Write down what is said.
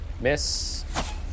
miss